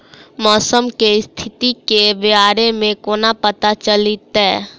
मौसम केँ स्थिति केँ बारे मे कोना पत्ता चलितै?